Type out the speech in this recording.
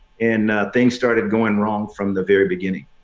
and things started going wrong from the very beginning.